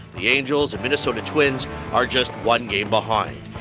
the angels and minnesota twins are just one game behind.